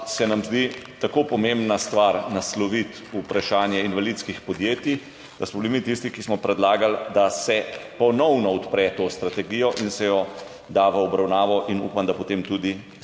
se nam zdi tako pomembna stvar nasloviti vprašanje invalidskih podjetij, da smo bili mi tisti, ki smo predlagali, da se ponovno odpre to strategijo in se jo da v obravnavo, in upam, da potem tudi